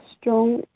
strong